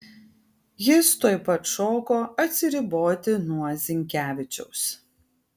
jis tuoj pat šoko atsiriboti nuo zinkevičiaus